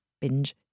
binge